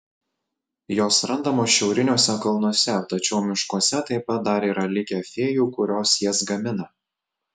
jos randamos šiauriniuose kalnuose tačiau miškuose taip pat dar yra likę fėjų kurios jas gamina